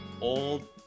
old